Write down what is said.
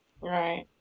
Right